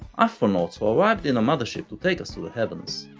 afronauts who arrived in a mothership to take us to the heaven.